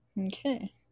Okay